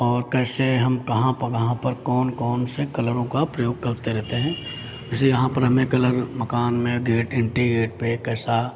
और कैसे हम कहाँ पा कहाँ पर कौन कौन से कलरों का प्रयोग करते रहेते हैं जैसे यहाँ पर हमने कलर मकान में गेट इंट्री गेट पे कैसा